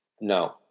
no